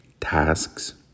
tasks